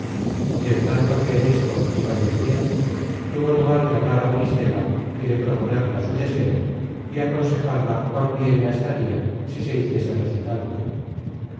y en tanto que en esto iba y venia tuvo lugar de hablar á auristela y de proponerla su deseo y aconsejarla cuán bien la estaria si se hiciese